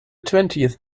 twentieth